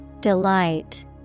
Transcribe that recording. Delight